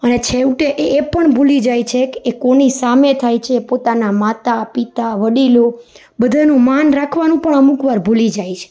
અને છેવટે એ પણ ભૂલી જાય છે કે એ કોની સામે થાય છે પોતાના માતા પિતા વડીલો બધાનું માન રાખવાનું પણ અમુક વાર ભૂલી જાય છે